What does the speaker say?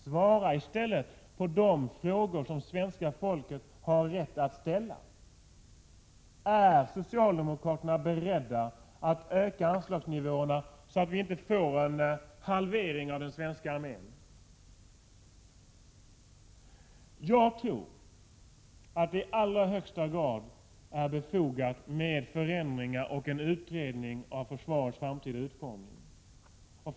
Svara i stället på de frågor som svenska folket har rätt att ställa: Är socialdemokraterna beredda att öka anslagsnivåerna så att vi inte får en halvering av den svenska armén? Jag tror att det i allra högsta grad är befogat med förändringar och en utredning av försvarets framtida utformning.